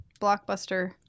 blockbuster